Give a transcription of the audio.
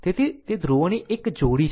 તેથી તે ધ્રુવની એક જોડી છે